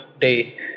day